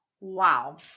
Wow